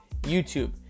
YouTube